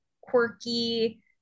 quirky